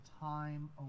time